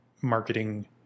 marketing